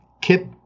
Kip